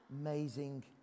amazing